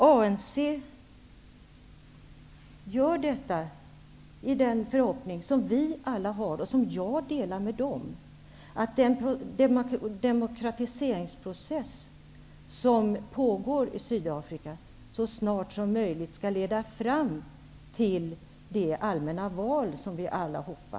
ANC gör detta i den förhoppning som vi alla har, och som jag delar med dem, nämligen att den demokratiseringsprocess som pågår i Sydafrika så snart som möjligt skall leda fram till allmänna val.